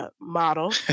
model